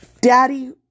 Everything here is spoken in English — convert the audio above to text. Daddy